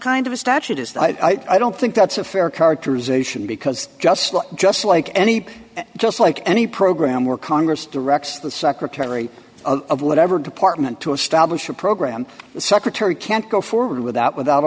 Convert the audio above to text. kind of a statute is that i i don't think that's a fair characterization because just like just like any just like any program where congress directs the secretary of whatever department to establish a program the secretary can't go forward with that without